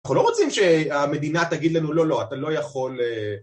אנחנו לא רוצים שהמדינה תגיד לנו לא, לא, אתה לא יכול...